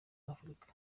afurika